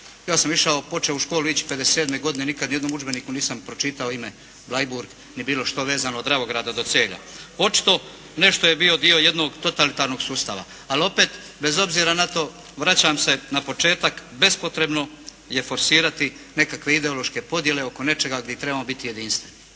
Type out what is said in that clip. Ja sam išao, počeo u školu ići '57. godine, nikad ni u jednom udžbeniku nisam pročitao ime Bleiburg, ni bilo što vezano od Dravograda do Celja. Očito, nešto je bio dio jednog totalitarnog sustava, ali opet, bez obzira na to vraćam se na početak, bespotrebno je forsirati nekakve ideološke podjele oko nečega gdje trebamo biti jedinstveni.